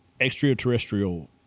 extraterrestrial